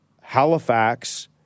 Halifax